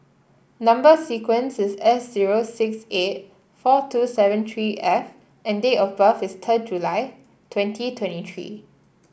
number sequence is S zero six eight four two seven three F and date of birth is third July twenty twenty three